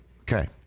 Okay